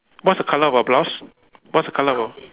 what's the colour of her blouse what's the colour of